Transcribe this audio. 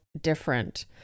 different